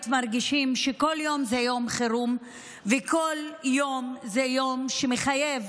מרגישים שכל יום הוא יום חירום וכל יום הוא יום שמחייב